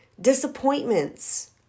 disappointments